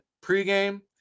pre-game